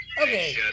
okay